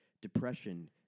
depression